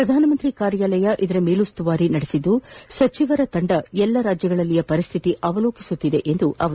ಪ್ರಧಾನಮಂತ್ರಿ ಕಾರ್ಯಾಲಯ ಇದರ ಮೇಲುಸ್ತುವಾರಿ ಮಾಡುತ್ತಿದ್ದು ಸಚಿವರು ತಂಡ ಎಲ್ಲ ರಾಜ್ಯಗಳಲ್ಲಿನ ಪರಿಸ್ಥಿತಿ ಅವಲೋಕಿಸುತ್ತಿದೆ ಎಂದರು